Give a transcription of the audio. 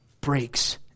breaks